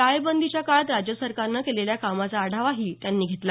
लॉकडाऊनच्या काळात राज्य सरकारनं केलेल्या कामाचा आढावाही त्यांनी घेतला